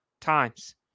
times